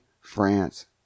France